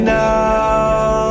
now